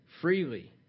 freely